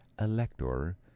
elector